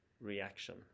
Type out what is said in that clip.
reaction